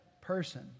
person